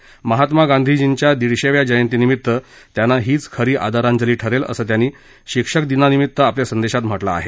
या महात्मा गांधीजींच्या दिडशेव्या जयंती निमित त्यांना हीच खरी आंदराजली ठरेल असं त्यांनी शिक्षक दिनानिमित्त आपल्या संदेशात म्हटलं आहे